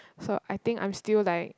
so I think I'm still like